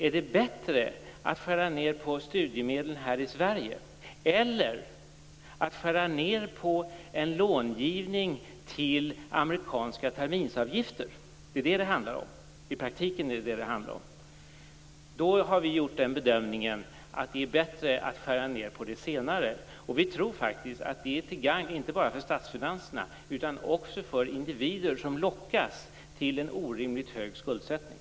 Är det bättre att skära ned på studiemedel här i Sverige än att skära ned på långivning till amerikanska terminsavgifter? Det är detta som det handlar om i praktiken. Regeringen har gjort bedömningen att det är bättre att skära ned på det senare. Vi tror att det är till gagn inte bara för statsfinanserna utan också för individer som lockas till en orimligt hög skuldsättning.